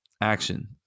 action